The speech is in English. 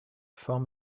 form